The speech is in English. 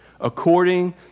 according